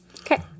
Okay